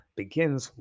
begins